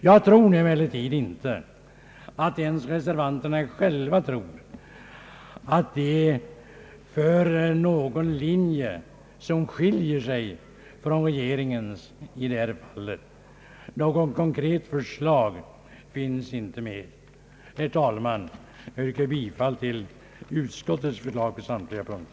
Jag tror nu emellertid inte att ens reservanterna själva anser att de har en linje som skiljer sig från regeringens i detta fall. Något konkret förslag finns inte med. Herr talman! Jag yrkar bifall till utskottets förslag på samtliga punkter.